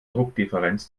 druckdifferenz